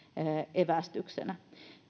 evästyksenä